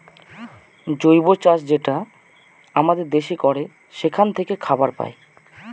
জৈব চাষ যেটা আমাদের দেশে করে সেখান থাকে খাবার পায়